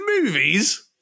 movies